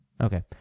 Okay